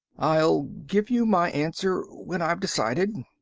i'll give you my answer when i've decided.